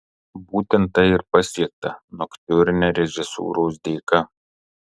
būtent tai ir pasiekta noktiurne režisūros dėka